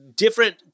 different